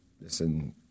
listen